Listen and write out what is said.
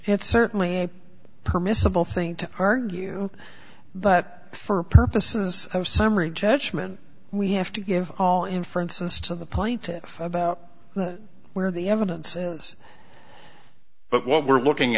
it's certainly a permissible thing to argue but for purposes of summary judgment we have to give all in for instance to the point about where the evidence is but what we're looking